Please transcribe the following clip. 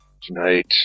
Tonight